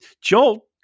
Joel